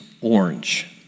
orange